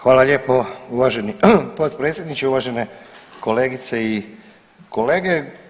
Hvala lijepo uvaženi potpredsjedniče, uvažene kolegice i kolege.